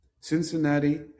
Cincinnati